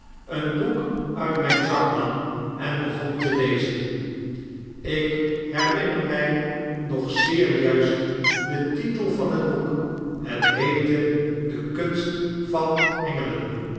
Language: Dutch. een boek uit mijn zak nam en begon te lezen ik herinner mij nog zeer juist den titel van het boek het heette dekunstvanhengelen